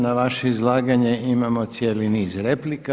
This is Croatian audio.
Na vaše izlaganje imamo cijeli niz replika.